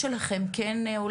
מה,